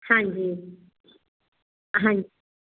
ਹਾਂਜੀ ਹਾਂਜੀ